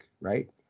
right